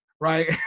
right